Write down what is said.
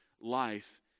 life